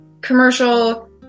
commercial